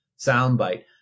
soundbite